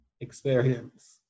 experience